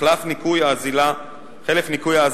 חלף ניכוי האזילה שבוטל